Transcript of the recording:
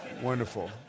Wonderful